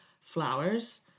flowers